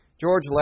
George